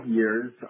years